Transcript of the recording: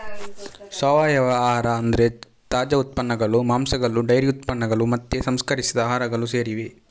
ಸಾವಯವ ಆಹಾರ ಅಂದ್ರೆ ತಾಜಾ ಉತ್ಪನ್ನಗಳು, ಮಾಂಸಗಳು ಡೈರಿ ಉತ್ಪನ್ನಗಳು ಮತ್ತೆ ಸಂಸ್ಕರಿಸಿದ ಆಹಾರಗಳು ಸೇರಿವೆ